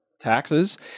taxes